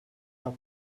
herr